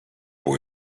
può